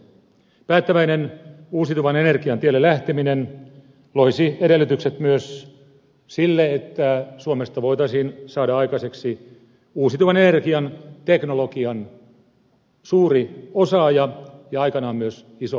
päättäväinen uusiutuvan energian tielle lähteminen loisi edellytykset myös sille että suomesta voitaisiin saada aikaiseksi uusiutuvan energian teknologian suuri osaaja ja aikanaan myös iso vientimaa